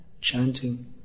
chanting